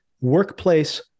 workplace